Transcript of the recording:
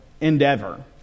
endeavor